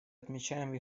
отмечаем